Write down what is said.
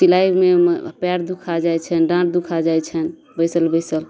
सिलाइमे पएर दुखा जाइ छनि डाँर दुखा जाइ छनि बैसल बैसल